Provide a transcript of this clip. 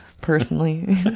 personally